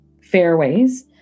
fairways